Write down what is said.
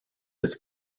his